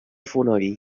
fonoll